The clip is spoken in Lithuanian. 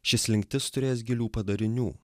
ši slinktis turės gilių padarinių